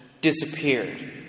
disappeared